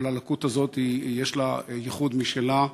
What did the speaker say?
אבל הלקות הזאת יש לה ייחוד משלה.